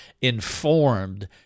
informed